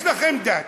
יש לכם דת,